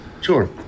Sure